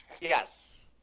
Yes